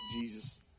Jesus